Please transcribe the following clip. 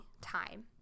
time